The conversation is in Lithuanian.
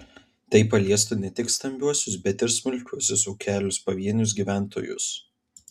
tai paliestų ne tik stambiuosius bet ir smulkiuosius ūkelius pavienius gyventojus